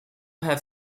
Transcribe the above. have